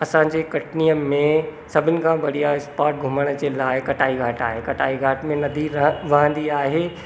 असांजे कटनीअ में सभिनि खां बढ़िया स्पॉट घुमण लाइ कटाई घाट आहे कटाई घाट में नंदी व वहंदी आहे